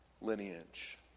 Lineage